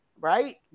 right